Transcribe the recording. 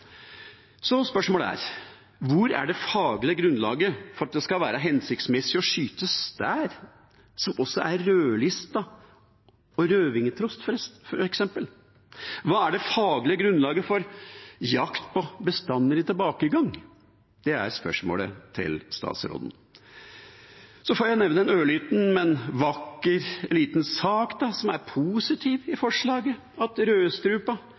Spørsmålet er: Hvor er det faglige grunnlaget for at det skal være hensiktsmessig å skyte stær, som er rødlistet, og rødvingetrost, f.eks.? Hva er det faglige grunnlaget for jakt på bestander i tilbakegang? Det er spørsmålet til statsråden. Så får jeg nevne en ørliten, men vakker liten sak som er positiv i forslaget: at